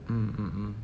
mm mm mm